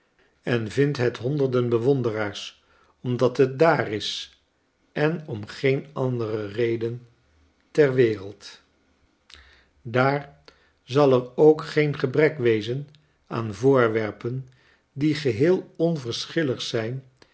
en vindt het honderden bewonderaars omdat het daar is en om geene andere reden ter wereld daar zal er ook geen gebrek wezen aan voorwerpen die geheel onverschillig zijn